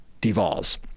devolves